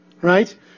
Right